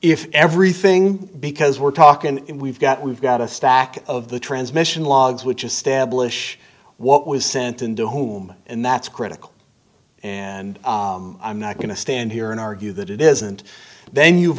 if everything because we're talking we've got we've got a stack of the transmission logs which establish what was sent in to whom and that's critical and i'm not going to stand here and argue that it isn't then you've